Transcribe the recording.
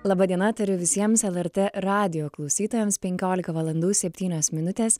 laba diena tariu visiems lrt radijo klausytojams penkiolika valandų septynios minutės